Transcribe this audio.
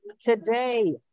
today